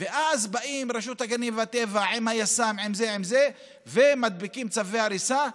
ואז רשות הטבע והגנים באה עם היס"מ ומדביקים צווי הריסה.